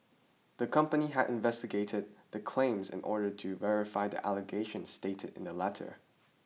the company had investigated the claims in order to verify the allegations stated in the letter